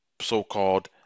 so-called